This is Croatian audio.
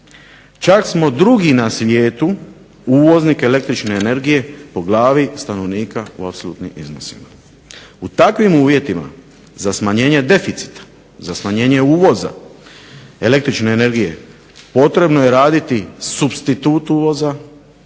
Čak smo 2. na svijetu uvoznik električne energije po glavni stanovnika u apsolutnim iznosima. U takvim uvjetima za smanjenje deficita, za smanjenje uvoza električne energije potrebno je raditi supstitut uvoza